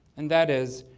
and that is,